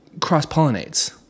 cross-pollinates